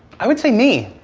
i would say me.